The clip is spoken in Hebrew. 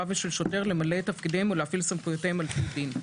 ושל שוטר למלא את תפקידיהם ולהפעיל סמכויותיהם על פי דין.